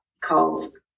Calls